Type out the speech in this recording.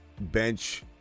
bench